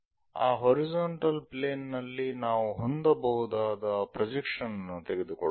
ಆ horizontal plane ನಲ್ಲಿ ನಾವು ಹೊಂದಬಹುದಾದ ಪ್ರೊಜೆಕ್ಷನ್ ಅನ್ನುತೆಗೆದುಕೊಳ್ಳೋಣ